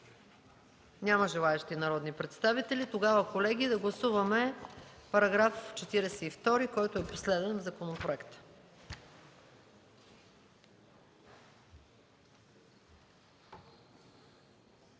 Няма желаещи народни представители. Колеги, да гласуваме § 42, който е последен в законопроекта.